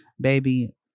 baby